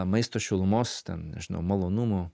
maisto šilumos ten nežinau malonumų